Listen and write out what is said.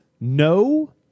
no